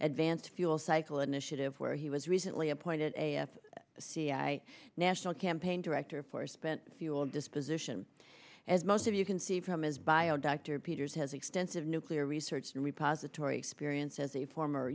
advance fuel cycle initiative where he was recently appointed a f c national campaign director for spent fuel disposition as most of you can see from his bio dr peters has extensive nuclear research repository experience as a former